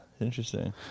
Interesting